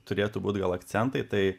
turėtų būt gal akcentai tai